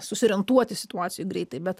susiorientuoti situacijoje greitai bet